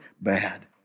bad